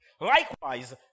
Likewise